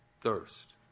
thirst